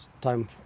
time